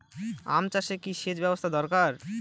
আম চাষে কি সেচ ব্যবস্থা দরকার?